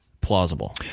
plausible